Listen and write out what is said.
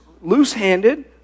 loose-handed